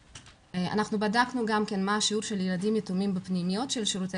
אנחנו בדקנו גם מה השיעור של ילדים יתומים בפנימיות של שירותי